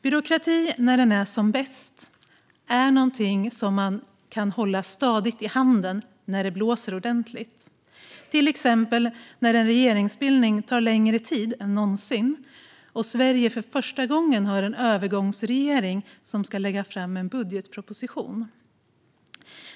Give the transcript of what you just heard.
Byråkrati när den är som bäst är något som man kan hålla stadigt i handen när det blåser ordentligt, till exempel när en regeringsbildning tar längre tid än någonsin och Sverige för första gången har en övergångsregering som ska lägga fram en budgetproposition.